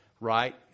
right